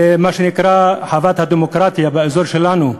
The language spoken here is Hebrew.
במה שנקרא חוות הדמוקרטיה באזור שלנו.